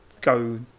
go